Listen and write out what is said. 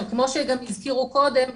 כמו שגם הזכירו קודם,